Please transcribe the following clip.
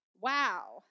wow